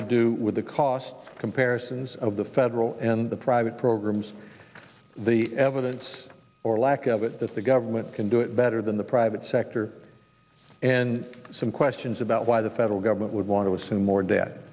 to do with the cost comparisons of the federal the private programs the evidence or lack of it that the government can do it better than the private sector and some questions about why the federal government would want to assume more de